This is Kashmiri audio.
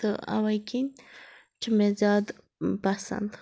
تہٕ اوٕے کِنۍ چھُ مےٚ زِیادٕ پَسند